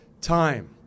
time